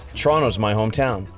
toronto is my hometown.